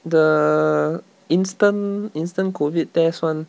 the instant instant COVID test [one]